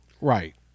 Right